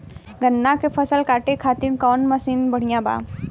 गन्ना के फसल कांटे खाती कवन मसीन बढ़ियां बा?